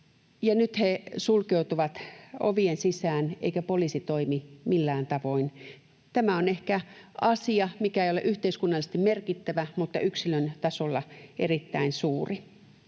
nyt he sulkeutuvat ovien sisään eikä poliisi toimi millään tavoin. Tämä on asia, mikä ei ehkä ole yhteiskunnallisesti merkittävä mutta yksilön tasolla erittäin suuri.